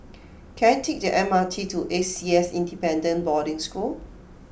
can I take the M R T to A C S Independent Boarding School